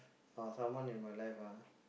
oh someone in my life ah